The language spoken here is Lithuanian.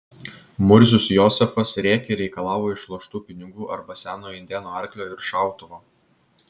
murzius jozefas rėkė ir reikalavo išloštų pinigų arba senojo indėno arklio ir šautuvo